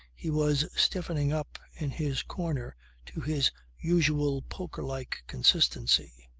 he was stiffening up in his corner to his usual poker-like consistency.